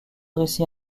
récits